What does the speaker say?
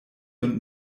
und